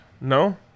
No